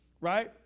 Right